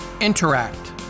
Interact